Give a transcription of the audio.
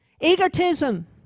egotism